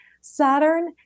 Saturn